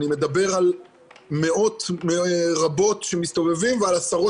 אני מדבר על מאות רבות שמסתובבים ועל עשרות